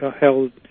held